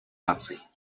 наций